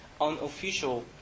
unofficial